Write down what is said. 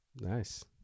Nice